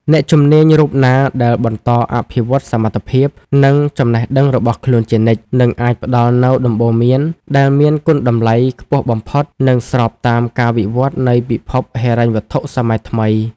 អ្នកជំនាញរូបណាដែលបន្តអភិវឌ្ឍសមត្ថភាព និងចំណេះដឹងរបស់ខ្លួនជានិច្ច នឹងអាចផ្ដល់នូវដំបូន្មានដែលមានគុណតម្លៃខ្ពស់បំផុត និងស្របតាមការវិវត្តនៃពិភពហិរញ្ញវត្ថុសម័យថ្មី។